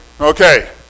Okay